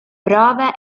prove